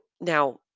Now